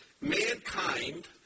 Mankind